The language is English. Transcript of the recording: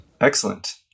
Excellent